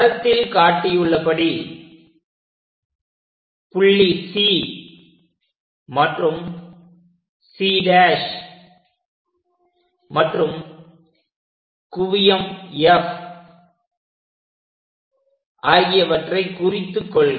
படத்தில் காட்டியுள்ளபடி புள்ளி C மற்றும் C' மற்றும் குவியம் F ஆகியவற்றைக் குறித்து கொள்க